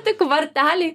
tik varteliai